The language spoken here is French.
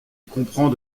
comprend